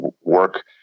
work